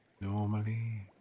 normally